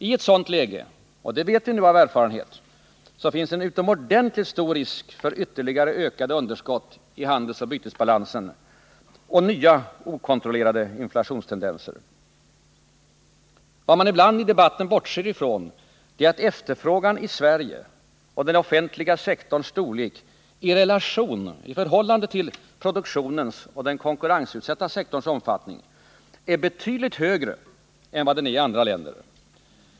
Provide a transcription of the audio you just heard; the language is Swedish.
I ett sådant läge — det vet vi nu av erfarenhet — finns det en utomordentligt stor risk för ytterligare ökade underskott i handelsoch bytesbalansen och nya okontrollerade inflationstendenser. Vad man ibland i debatten bortser ifrån är att efterfrågan i Sverige och den offentliga sektorns storlek i förhållande till produktionens och den konkurrensutsatta sektorns omfattning är betydligt större än vad den är i andra länder.